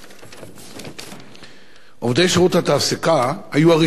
עובדי שירות התעסוקה היו הראשונים להגיע לחנות בשבוע שעבר,